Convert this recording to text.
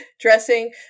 Dressing